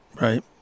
Right